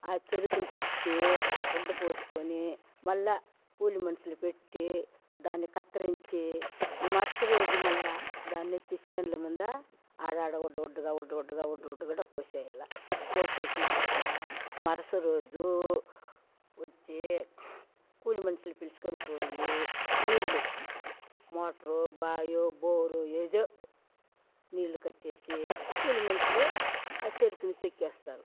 ఆ చెరుకులు తెచ్చి ఉడ్డ పోసుకొని మళ్ళా కూలి మనుషులు పెట్టి దాన్ని కత్తిరించి మరిస రోజు మళ్ళా దాన్ని ఎత్తి చేనుల మీద ఆడ ఆడ ఉడ్డగుడ్డగా ఉడ్డగుడ్డగా ఉడ్డగుడ్డగా పోసేయాలా పోసేసినాకా మరుస రోజు వచ్చి కూలి మనుషులు పిలుచుకొని పోయి నీళ్లు మోటారో బాయో బోరు ఏదో నీళ్లు కట్టేసి కూలి మనుషులు ఆ చెరుకుని తొక్కేస్తారు